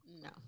No